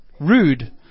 rude